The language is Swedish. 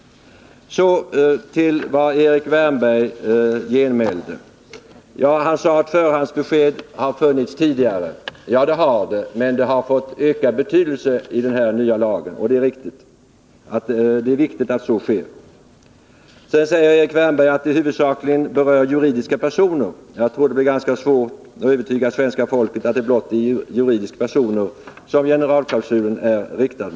Så till vad Erik Wärnberg genmälde. Han sade bl.a. att förhandsbesked har funnits tidigare. Ja, det är rätt, men det viktiga är att de har fått ökad betydelse i den nya lagen. Sedan sade Erik Wärnberg att generalklausulen huvudsakligen berör juridiska personer. Jag tror att det blir ganska svårt att övertyga svenska folket om att det är blott mot juridiska personer som den är riktad.